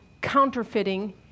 counterfeiting